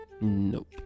Nope